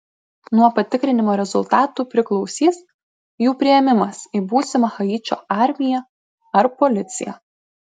nuo patikrinimo rezultatų priklausys jų priėmimas į būsimą haičio armiją ar policiją